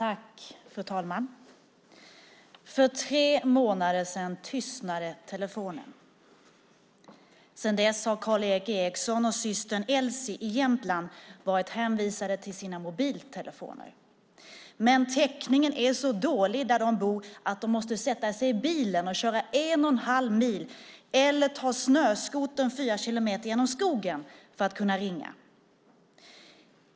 Fru talman! För tre månader sedan tystnade telefonen. Sedan dess har Karl-Erik Eriksson och systern Elsie i Jämtland varit hänvisade till sina mobiltelefoner. Men täckningen är så dålig där de bor att de måste sätta sig i bilen och köra en och en halv mil eller ta snöskotern fyra kilometer genom skogen för att kunna ringa.